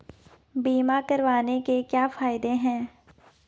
बीमा करवाने के क्या फायदे हैं?